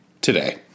today